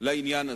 לעניין הזה.